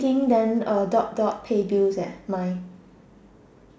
thing then dot dot pay bills eh mine